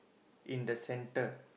in the centre